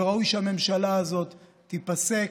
וראוי שהממשלה הזאת תיפסק,